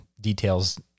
details